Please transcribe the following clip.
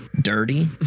dirty